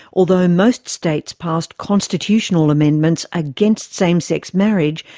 although most states passed constitutional amendments against same-sex marriage,